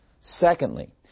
Secondly